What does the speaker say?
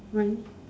why